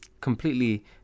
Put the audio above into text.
completely